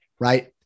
right